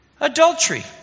adultery